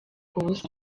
ubusa